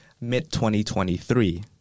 mid-2023